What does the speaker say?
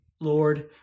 Lord